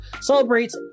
celebrates